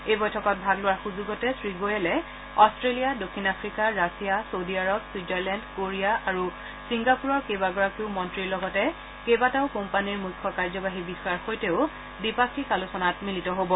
এই বৈঠকত ভাগ লোৱাৰ সুযোগতে শ্ৰীগোৰেলে অট্টেলিয়া দক্ষিণ Africa Russia Saudi Arab Switzerland Korea আৰু ছিংগাপুৰৰ কেইবাগৰাকীও মন্ত্ৰীৰ লগতে কেইবাটাও কোম্পানীৰ মুখ্য কাৰ্যবাহী বিষয়াৰ সৈতেও দ্বিপাক্ষিক আলোচনাত মিলিত হ'ব